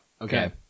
Okay